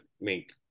make